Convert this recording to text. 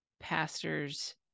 pastors